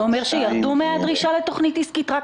זה אומר שירדו מהדרישה לתוכנית עסקית?